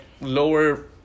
lower